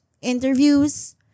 interviews